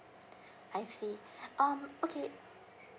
I see um okay